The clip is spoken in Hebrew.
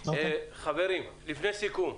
חברים, לפני סיכום,